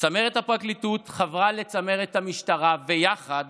צמרת הפרקליטות חברה לצמרת המשטרה, ויחד